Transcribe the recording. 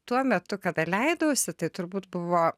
tuo metu kada leidausi tai turbūt buvo